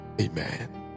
Amen